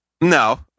No